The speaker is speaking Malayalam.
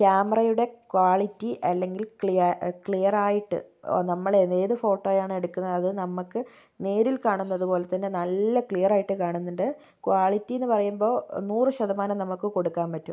ക്യാമറയുടെ ക്വാളിറ്റി അല്ലെങ്കിൽ ക്ലിയ ക്ലിയറായിട്ട് നമ്മൾ ഏത് ഫോട്ടോ ആണോ എടുക്കുന്നത് അത് നമുക്ക് നേരിൽ കാണുന്നത് പോലെ തന്നെ നല്ല ക്ലിയറായിട്ട് കാണുന്നുണ്ട് ക്വാളിറ്റിയെന്ന് പറയുമ്പോൾ നൂറു ശതമാനം നമുക്ക് കൊടുക്കാൻ പറ്റും